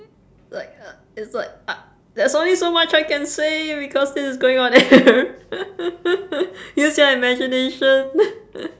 like uh it's like ah there's only so much I can say because this is going on air use your imagination